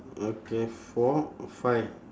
okay four five